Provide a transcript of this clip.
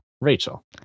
Rachel